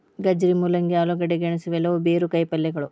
ಗಜ್ಜರಿ, ಮೂಲಂಗಿ, ಆಲೂಗಡ್ಡೆ, ಗೆಣಸು ಇವೆಲ್ಲವೂ ಬೇರು ಕಾಯಿಪಲ್ಯಗಳು